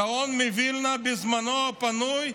הגאון מווילנה, בזמנו הפנוי,